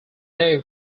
day